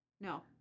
No